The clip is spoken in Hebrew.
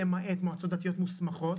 למעט מועצות דתיות מוסמכות.